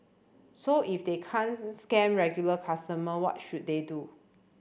so if they can't scam regular consumer what should they do